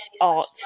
art